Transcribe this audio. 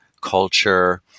culture